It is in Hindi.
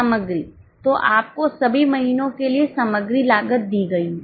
सामग्री तो आपको सभी महीनों के लिए सामग्री लागत दी गई है